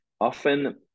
Often